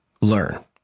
learn